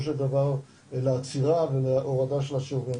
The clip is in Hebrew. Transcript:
של דבר לעצירה ולהורדה של השיעורים.